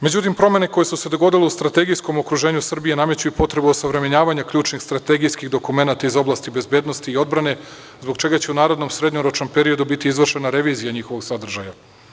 Međutim, promene koje su se dogodile u strategijskom okruženju Srbije nameću potrebu osavremenjavanja ključnih strategijskih dokumenata iz oblasti bezbednosti i odbrane, zbog čega će u narednom srednjoročnom periodu biti izvršena revizija njihovog sadržaja.